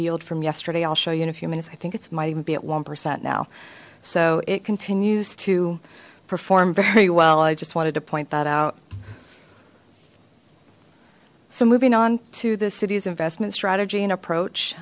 yield from yesterday i'll show you in a few minutes i think it's might even be at one percent now so it continues to perform very well i just wanted to point that out so moving on to the city's investment strategy and approach